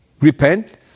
repent